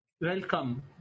Welcome